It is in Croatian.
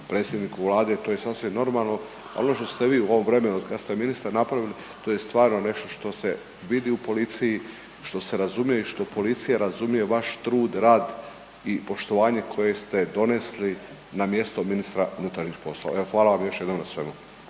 predsjedniku Vlade, to je sasvim normalno, no ono što ste vi u ovom vremenu od kad ste ministre napravili, to je stvarno nešto što se vidi u policiji, što se razumije i što policija razumije vaš trud, rad i poštovanje koje ste donesli na mjesto ministra unutarnjih poslova. Evo hvala vam još jednom na svemu.